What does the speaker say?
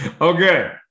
Okay